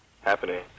happening